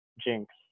jinx